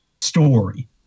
story